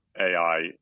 AI